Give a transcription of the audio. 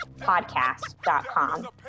podcast.com